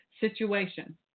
situation